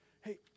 hey